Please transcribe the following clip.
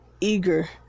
eager